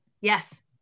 Yes